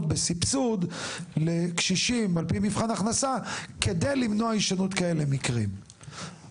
בסבסוד לקשישים על פי מבחן הכנסה כדי למנוע בעתיד כאלו מקרים,